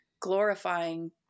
glorifying